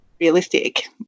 realistic